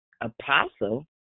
apostle